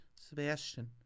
Sebastian